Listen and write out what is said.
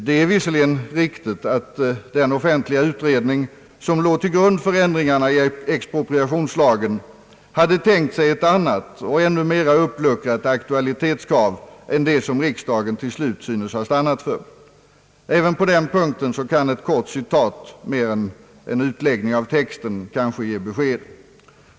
Det är visserligen riktigt att den offentliga utredning som låg till grund för ändringarna i expropriationslagen hade tänkt sig ett annat och ännu mera uppluckrat aktualitetskrav än det som riksdagen till slut synes ha stannat för. Även på den punkten kan ett kort citat kanske ge bättre besked än en utläggning av texten.